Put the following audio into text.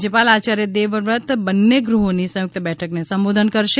રાજયપાલ આચાર્ય દેવવ્રત બંને ગૃહોની સંયુક્ત બેઠકને સંબોધન કરશે